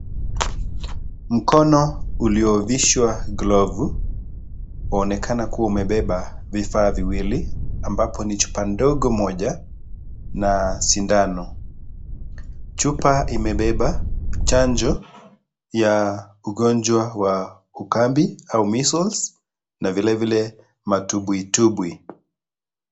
Mkono uliovishwa glavu, waonekana kuwa umebeba vifaa viwili ambapo ni chupa ndogo moja na sindano. Chupa imebeba chanjo ya ugonjwa wa ukambi au measles na vile vile matumbwitumbwi.